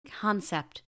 concept